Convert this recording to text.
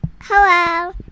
Hello